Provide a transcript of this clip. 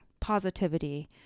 positivity